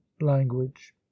language